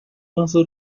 公司